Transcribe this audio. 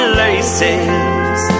laces